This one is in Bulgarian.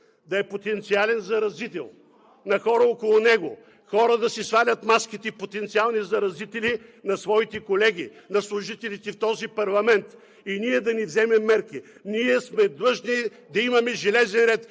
да е потенциален заразител на хора около него, хора да си свалят маските и да са потенциални заразители на своите колеги, на служителите в този парламент, и ние да не вземем мерки. Ние сме длъжни да имаме железен ред.